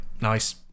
Nice